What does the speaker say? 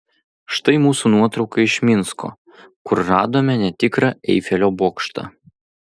štai mūsų nuotrauka iš minsko kur radome netikrą eifelio bokštą